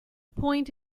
point